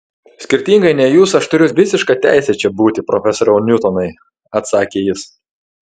skirtingai nei jūs aš turiu visišką teisę čia būti profesoriau niutonai atsakė jis